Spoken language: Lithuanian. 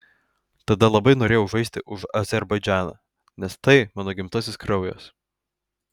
tada labai norėjau žaisti už azerbaidžaną nes tai mano gimtasis kraujas